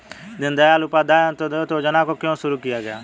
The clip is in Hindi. दीनदयाल उपाध्याय अंत्योदय योजना को क्यों शुरू किया गया?